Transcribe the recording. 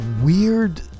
weird